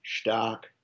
Stark